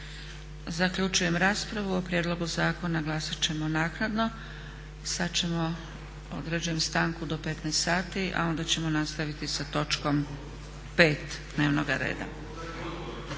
Zaključujem raspravu. O prijedlogu zakona glasat ćemo naknadno. Određujem stanku do 15 sati, a onda ćemo nastaviti sa točkom 5. dnevnoga reda.